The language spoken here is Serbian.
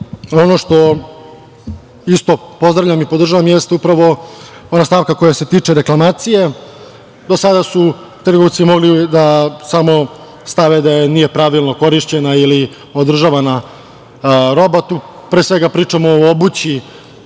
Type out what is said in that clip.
što isto pozdravljam i podržavam jeste upravo ona stavka koja se tiče reklamacije. Do sada su trgovci mogli samo da stavi da nije pravilno korišćena ili održavana roba. Tu, pre svega, pričamo o obući.